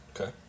Okay